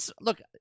Look